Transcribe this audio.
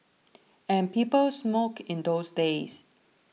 and people smoked in those days